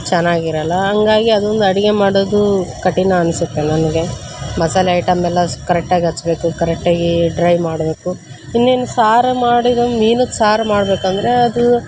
ಚೆನ್ನಾಗಿರಲ್ಲ ಹಂಗಾಗಿ ಅದೊಂದು ಅಡುಗೆ ಮಾಡೋದು ಕಠಿಣ ಅನ್ಸುತ್ತೆ ನಮಗೆ ಮಸಾಲೆ ಐಟಮ್ ಎಲ್ಲ ಕರೆಕ್ಟಾಗಿ ಹಚ್ಬೇಕು ಕರೆಕ್ಟಾಗಿ ಡ್ರೈ ಮಾಡಬೇಕು ಇನ್ನೇನು ಸಾರು ಮಾಡಿರೋ ಮೀನು ಸಾರು ಮಾಡಬೇಕಂದ್ರೆ ಅದು